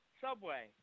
Subway